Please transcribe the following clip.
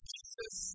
Jesus